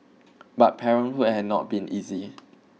but parenthood had not been easy